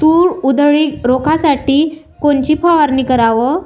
तूर उधळी रोखासाठी कोनची फवारनी कराव?